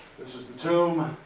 this is the tomb.